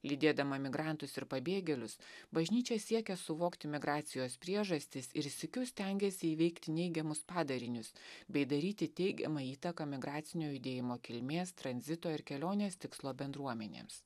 lydėdama migrantus ir pabėgėlius bažnyčia siekia suvokti migracijos priežastis ir sykiu stengiasi įveikti neigiamus padarinius bei daryti teigiamą įtaką migracinio judėjimo kilmės tranzito ir kelionės tikslo bendruomenėms